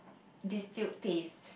distilled taste